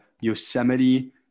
Yosemite